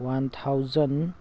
one thousand